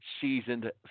seasoned